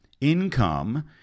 income